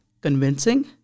convincing